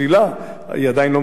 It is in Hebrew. היא עדיין לא מדברת החיוב,